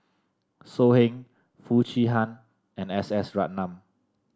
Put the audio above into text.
So Heng Foo Chee Han and S S Ratnam